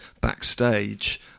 backstage